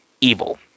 Evil